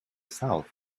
south